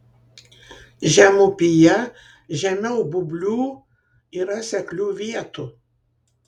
žemupyje žemiau būblių yra seklių vietų